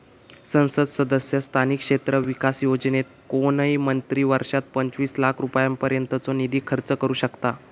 संसद सदस्य स्थानिक क्षेत्र विकास योजनेत कोणय मंत्री वर्षात पंचवीस लाख रुपयांपर्यंतचो निधी खर्च करू शकतां